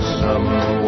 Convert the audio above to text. summer